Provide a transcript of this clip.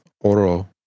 Oro